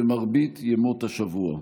במרבית ימות השבוע.